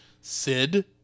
Sid